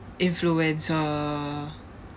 influencer